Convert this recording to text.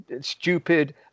stupid